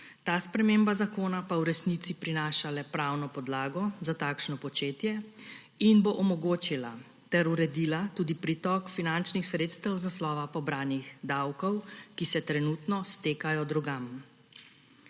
Ta sprememba zakona pa v resnici prinaša le pravno podlago za takšno početje in bo omogočila ter uredila tudi pritok finančnih sredstev iz naslova pobranih davkov, ki se trenutno stekajo drugam.